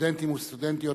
סטודנטים וסטודנטיות,